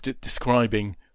describing